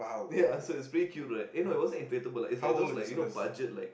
ya so it's pretty cute right eh no it wasn't inflatable it's like those like you know budget like